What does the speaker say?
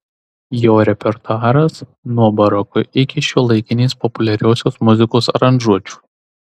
jo repertuaras nuo baroko iki šiuolaikinės populiariosios muzikos aranžuočių